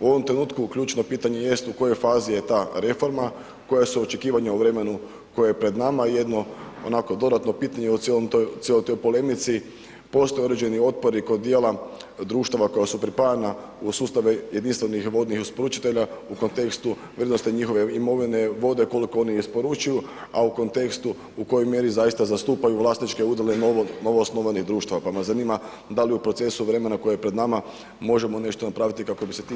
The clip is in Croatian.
U ovom trenutku ključno pitanje jest u kojoj fazi je ta reforma, koja su očekivanja u vremenu koje je pred nama i jedno onako dodatno pitanje u cijeloj toj polemici, postoje određeni otpori kod dijela društava koja su pripajana u sustave jedinstvenih vodnih isporučitelja u kontekstu vrijednosti njihove imovine, vode koliko oni isporučuju, a u kontekstu u kojoj mjeri zaista zastupaju vlasničke udjele novoosnovanih društava, pa me zanima da li u procesu vremena koje je pred nama možemo nešto napraviti kako bi se ti